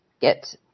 get